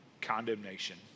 condemnation